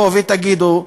תגידו: